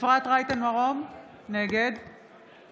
אפרת רייטן מרום, נגד